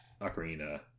ocarina